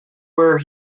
where